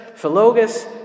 Philogus